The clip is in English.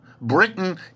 Britain